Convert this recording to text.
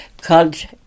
called